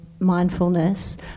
mindfulness